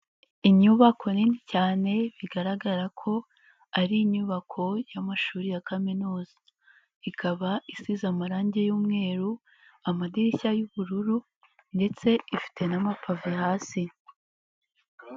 Inyubako nini cyane bigaragara ko ari inyubako y'amashuri ya kaminuza, ikaba isize amarangi y'umweru, amadirishya y'ubururu ndetse ifite n'amapave hasi.